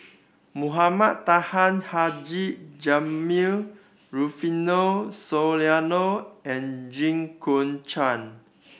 Mohamed Taha Haji Jamil Rufino Soliano and Jit Koon Ch'ng